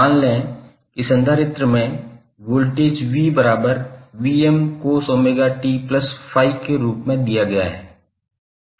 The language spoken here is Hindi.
मान लें कि संधारित्र में वोल्टेज 𝑣cos𝜔𝑡∅ के रूप में दिया गया है